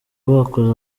bakoze